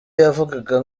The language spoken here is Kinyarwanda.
yavugaga